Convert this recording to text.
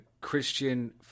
Christian